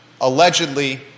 allegedly